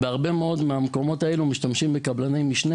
בהרבה מאוד מהמקומות הללו משתמשים בקבלני משנה